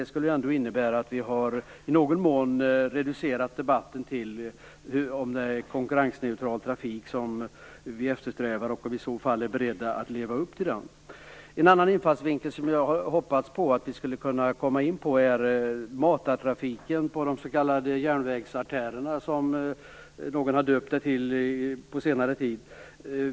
Det skulle nämligen innebära att vi i någon mån har reducerat debatten till att gälla den konkurrensneutrala trafik vi eftersträvar, och om vi är beredda att leva upp till detta mål. En annan infallsvinkel jag hoppas att vi skall kunna komma in på är matartrafiken på de s.k. järnvägsartärerna, som någon har döpt dem till på senare tid.